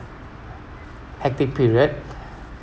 hectic period